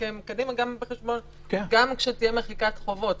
ולהשתקם קדימה, גם כשתהיה מחיקת חובות.